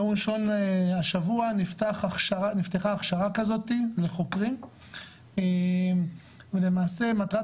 יום ראשון השבוע נפתחה הכשרה כזאתי לחוקרים ולמעשה מטרת